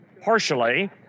partially